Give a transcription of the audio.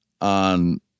on